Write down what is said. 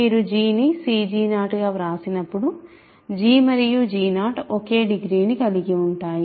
మీరు g ని cg0 గా వ్రాసినప్పుడు g మరియు g0 ఒకే డిగ్రీని కలిగి ఉంటాయి